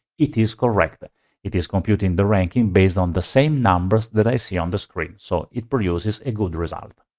it is correct. it is computing the ranking based on the same numbers that i see on the screen. so it produces a good result.